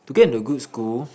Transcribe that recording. to get into a good school